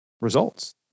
results